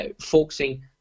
focusing